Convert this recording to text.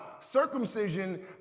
Circumcision